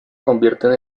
convierten